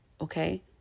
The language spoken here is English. okay